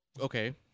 okay